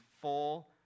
full